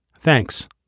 Thanks